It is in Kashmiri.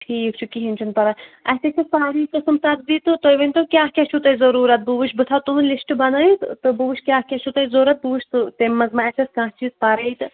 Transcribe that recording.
ٹھیٖک چھُ کِہیٖنۍ چھُنہٕ پرواے اَسے چھےٚ سٲری قٕسٕم سبزی تہٕ تُہۍ ؤنۍتو کیٛاہ کیٛاہ چھُو تۄہہِ ضٔروٗرت بہٕ وٕچھِ بہٕ تھاوٕ تُہُنٛد لِسٹ بنٲوِتھ تہٕ بہٕ وٕچھِ کیٛاہ کیٛاہ چھو تۄہہِ ضوٚرتھ بہٕ وٕچھِ تہٕ تَمہِ منٛز ما آسٮ۪س کانٛہہ چیٖز پَرَے تہٕ